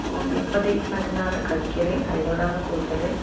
homeopathy മരുന്നാണ് കഴിക്കല് അതിനോടാണ് കൂടുതല്